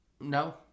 No